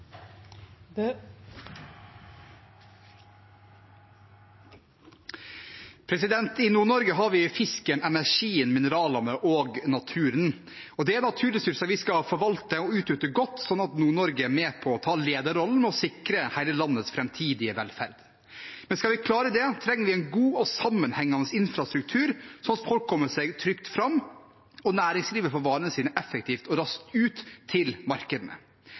naturressurser vi skal forvalte og utnytte godt, slik at Nord-Norge er med på å ta lederrollen og sikre hele landets framtidige velferd. Men skal vi klare det, trenger vi en god og sammenhengende infrastruktur, slik at folk kommer seg trygt fram, og næringslivet får varene sine effektivt og raskt ut til markedene.